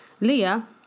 Leah